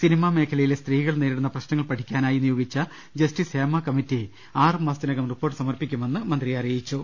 cinema മേഖലയിലെ സ്ത്രീകൾ നേരിടുന്ന പ്രശ്നങ്ങൾ പഠിക്കാനായി നിയോഗിച്ച ജസ്റ്റിസ് ഹേമ കമ്മിറ്റി ആറ് മാസത്തിനകം റിപ്പോർട്ട് സമർപ്പിക്കുമെന്ന് മന്ത്രി അറിയിച്ചു